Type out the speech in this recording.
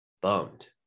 bummed